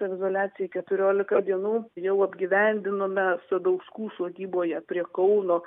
izoliacijai keturiolika dienų jau apgyvendinome sadauskų sodyboje prie kauno